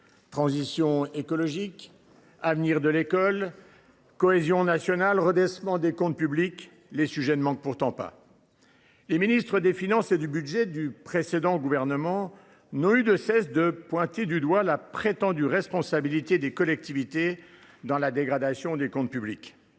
Transition écologique, avenir de l’école, cohésion nationale, redressement des comptes publics, les sujets ne manquent pourtant pas. Les ministres des finances et du budget du précédent gouvernement n’ont eu de cesse de pointer du doigt la prétendue responsabilité des collectivités locales dans la dégradation des comptes publics.